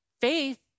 faith